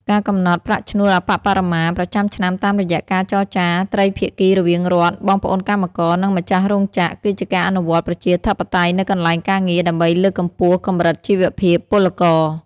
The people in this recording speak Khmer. ការកំណត់ប្រាក់ឈ្នួលអប្បបរមាប្រចាំឆ្នាំតាមរយៈការចរចាត្រីភាគីរវាងរដ្ឋ បងប្អូនកម្មករ និងម្ចាស់រោងចក្រ គឺជាការអនុវត្តប្រជាធិបតេយ្យនៅកន្លែងការងារដើម្បីលើកកម្ពស់កម្រិតជីវភាពពលករ។